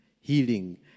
healing